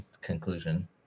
conclusion